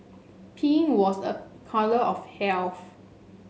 pink was a colour of health